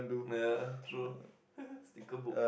ya true sticker book